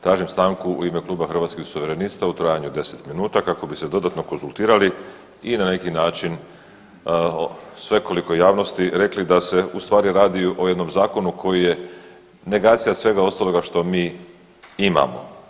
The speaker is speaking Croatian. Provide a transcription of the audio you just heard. Tražim stanku u ime kluba Hrvatskih suverenista u trajanju od 10 minuta kako bi se dodatno konzultirali i na neki način svekolikoj javnosti rekli da se ustvari radi o jednom zakonu koji je negacija svega ostaloga što mi imamo.